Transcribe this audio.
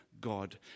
God